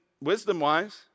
wisdom-wise